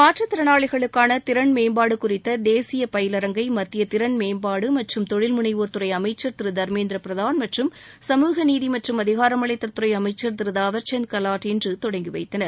மாற்றுத் திறனாளிகளுக்காள திறன் மேம்பாடு குறித்த தேசிய பயிலரங்கை மத்திய திறன் மேம்பாடு மற்றும் தொழில் முனைவோர் துறை அமைச்சர் திரு தர்மேந்திர பிரதான் மற்றும் சமூக நீதி மற்றும் அதிகாரமளித்தல் துறை அமைச்சர் திரு தவார்சந்த் கெலாட் இன்று தொடங்கி வைத்தனர்